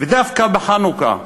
ודווקא בחנוכה,